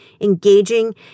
engaging